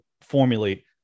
formulate